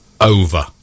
over